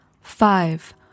Five